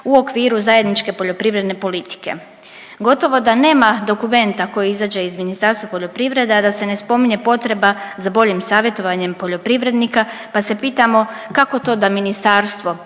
u okviru zajedničke poljoprivredne politike. Gotovo da nema dokumenta koji izađe iz Ministarstva poljoprivrede, a da se ne spominje potreba za boljim savjetovanjem poljoprivrednika pa se pitamo kako to da ministarstvo